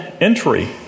entry